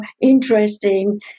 interesting